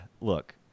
look –